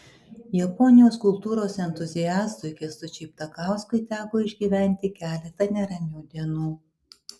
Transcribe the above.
japonijos kultūros entuziastui kęstučiui ptakauskui teko išgyventi keletą neramių dienų